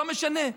לא משנה.